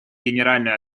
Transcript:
генеральную